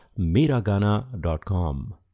Miragana.com